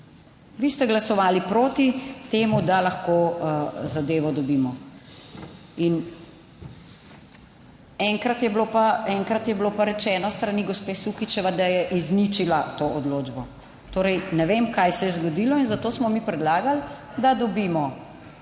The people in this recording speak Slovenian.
Vi ste glasovali proti temu, da lahko zadevo dobimo. Enkrat je bilo pa rečeno s strani gospe Sukič, da je izničila to odločbo. Torej, ne vem kaj se je zgodilo in zato smo mi predlagali, da dobimo